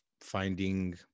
finding